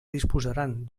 disposaran